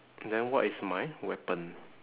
then what is my weapon